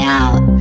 out